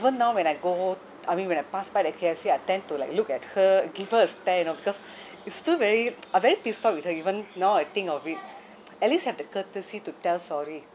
even now when I go I mean when I pass by the K_F_C I tend to like look at her give her a stare you know because it's still very I'm very pissed off with her even now I think of it at least have the courtesy to tell sorry